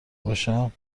باشم